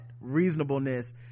reasonableness